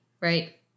right